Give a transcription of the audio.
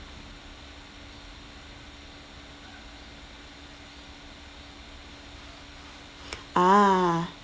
ah